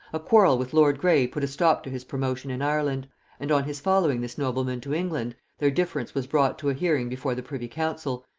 a quarrel with lord grey put a stop to his promotion in ireland and on his following this nobleman to england, their difference was brought to a hearing before the privy-council,